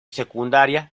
secundaria